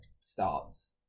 starts